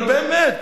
אבל באמת,